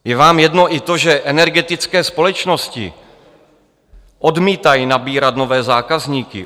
Je vám jedno i to, že energetické společnosti odmítají nabírat nové zákazníky?